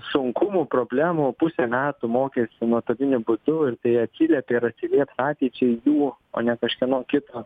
sunkumų problemų pusę metų mokėsi nuotoliniu būdu ir tai atsiliepė ir atsilieps ateičiai jų o ne kažkieno kito